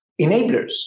Enablers